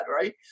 right